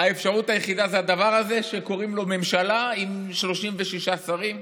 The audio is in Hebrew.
האפשרות היחידה זה הדבר הזה שקוראים לו ממשלה עם 36 שרים?